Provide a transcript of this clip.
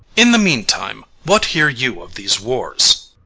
in the meantime, what hear you of these wars?